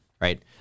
right